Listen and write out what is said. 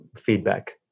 feedback